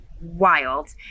wild